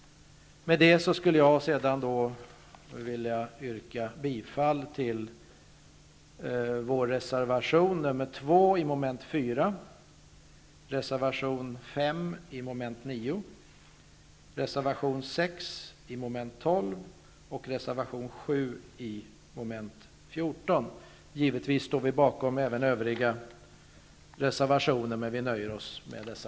12 och reservation 7 vid mom. 14. Givetvis står vi även bakom övriga reservationer, men vi nöjer oss med att yrka bifall till dessa.